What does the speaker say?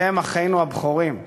אתם אחינו הבכורים.